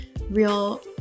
real